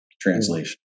translation